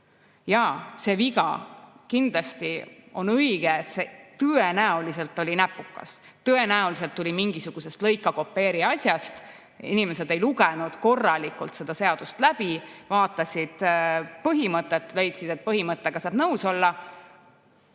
Jaa, see on viga. Kindlasti on õige, et see tõenäoliselt oli näpukas. Tõenäoliselt tuli see mingisugusest lõika-kopeeri-asjast, inimesed ei lugenud korralikult seda seadust läbi, vaatasid põhimõtet ja leidsid, et põhimõttega saab nõus olla.